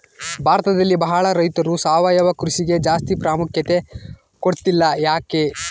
ಭಾರತದಲ್ಲಿ ಬಹಳ ರೈತರು ಸಾವಯವ ಕೃಷಿಗೆ ಜಾಸ್ತಿ ಪ್ರಾಮುಖ್ಯತೆ ಕೊಡ್ತಿಲ್ಲ ಯಾಕೆ?